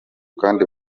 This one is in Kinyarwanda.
kandi